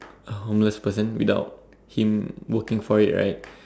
a homeless person without him working for it right